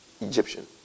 Egyptian